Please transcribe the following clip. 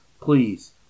please